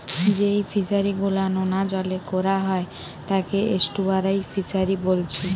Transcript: যেই ফিশারি গুলা নোনা জলে কোরা হয় তাকে এস্টুয়ারই ফিসারী বোলছে